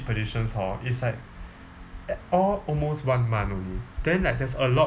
positions hor it's like all almost one month only then like there's a lot